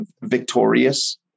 victorious